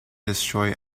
destroy